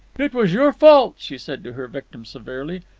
it was your fault, she said to her victim severely.